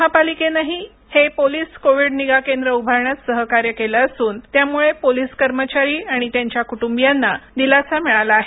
महापालिकेनंही या police Covid निगा केंद्र उभारण्यात सहकार्य केलं असून यामुळे पोलीस कर्मचारी आणि त्याच्या कुटूंबियांना दिलासा मिळाला आहे